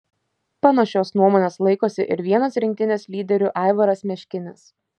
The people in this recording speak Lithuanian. panašios nuomonės laikosi ir vienas rinktinės lyderių aivaras meškinis